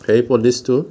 সেই পলিচটো